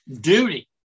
duty